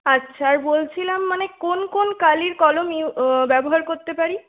আচ্ছা আর বলছিলাম মানে কোন কোন কালির কলম ইউ ব্যবহার করতে পারি